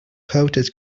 coated